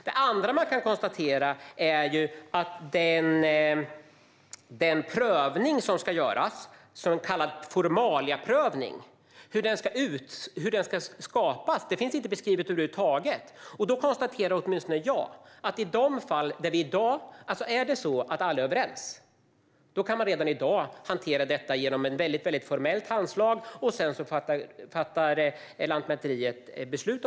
Det andra man kan konstatera är att det inte finns beskrivet över huvud taget hur den prövning som ska göras, så kallad formaliaprövning, ska skapas. Då konstaterar åtminstone jag att i de fall där alla är överens kan man redan i dag hantera detta genom ett formellt handslag, och sedan fattar Lantmäteriet beslut.